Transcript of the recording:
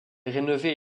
rénovée